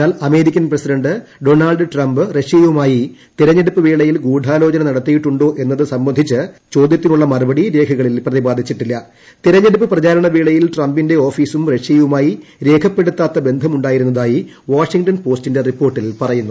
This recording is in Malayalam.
എന്നാൽ അമേരിക്കൻ പ്രസിഡന്റ് ഡോണൾഡ് ട്രംപ് റഷ്യയുമായി തെരഞ്ഞെടുപ്പ് വേളുയിൽ ഗൂഡാലോചന നടത്തിയിട്ടുണ്ടോ എന്നത് സംബണ്ഡിച്ച് ചോദ്യ്തതിനുള്ള മറുപടി രേഖകളിൽ പ്രതിപാദിച്ചിട്ടില്ലും തെരഞ്ഞെടുപ്പ് പ്രചാരണ വേളയിൽ ട്രംപിന്റെ ഓഫീസുംഗ്ഷ്യയ്ക്മായി രേഖപ്പെടുത്താത്ത ബന്ധം ഉണ്ടായിരുന്നതായി ക് വാഷിംഗ്ടൺ പോസ്റ്റിന്റെ റിപ്പോർട്ടിൽ പറയുന്നു